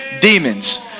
demons